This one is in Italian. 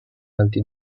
altri